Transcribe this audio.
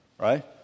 Right